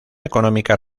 económica